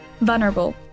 Vulnerable